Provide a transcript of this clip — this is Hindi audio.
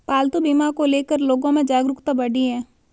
पालतू बीमा को ले कर लोगो में जागरूकता बढ़ी है